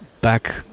back